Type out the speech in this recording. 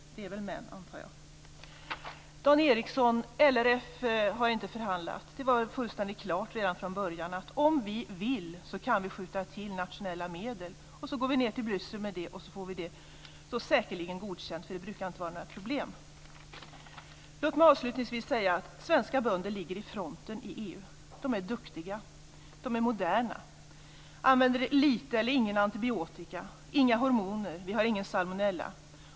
Jag antar att det är män. LRF har inte förhandlat, Dan Ericsson. Det var fullständigt klart redan från början att vi kan skjuta till nationella medel om vi vill. Om vi går ned till Bryssel med det får vi det säkerligen godkänt. Det brukar inte vara något problem. Låt mig avslutningsvis säga att svenska bönder ligger i fronten i EU. De är duktiga och moderna. De använder lite eller ingen antibiotika och inga hormoner. Vi har ingen salmonella.